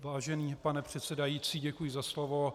Vážený pane předsedající, děkuji za slovo.